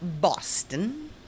Boston